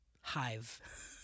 hive